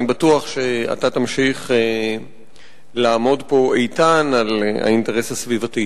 אני בטוח שאתה תמשיך לעמוד פה איתן על האינטרס הסביבתי.